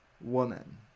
woman